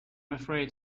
afraid